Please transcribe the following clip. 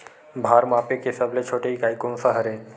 भार मापे के सबले छोटे इकाई कोन सा हरे?